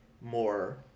more